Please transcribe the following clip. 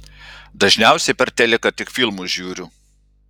dažniausiai per teliką tik filmus žiūriu